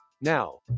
Now